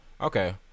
Okay